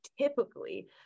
typically